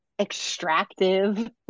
extractive